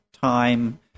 time